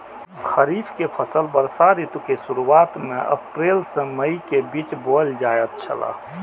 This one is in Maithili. खरीफ के फसल वर्षा ऋतु के शुरुआत में अप्रैल से मई के बीच बौअल जायत छला